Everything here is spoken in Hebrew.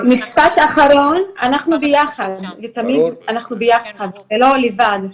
משפט אחרון, אנחנו ביחד בזה, אנחנו ביחד ולא לבד.